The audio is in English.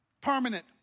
permanent